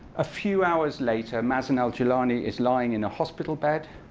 a few hours later, mazen ah joulani is lying in a hospital bed.